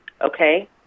Okay